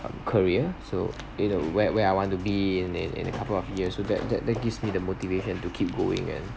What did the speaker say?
career so it'll where where I want to be in a in a couple of years so that that that gives me the motivation to keep going and